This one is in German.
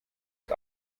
ist